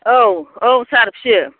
औ औ सार फिसियो